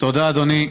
תודה, אדוני.